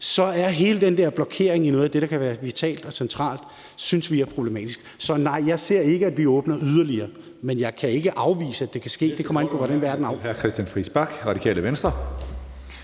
er hele den blokering af noget af det, der kan være vitalt og centralt, problematisk, synes vi. Så nej, jeg ser ikke, at vi åbner yderligere, men jeg kan ikke afvise, at det kan ske. Det kommer an på, hvordan verden er.